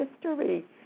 history